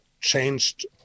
changed